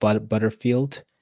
Butterfield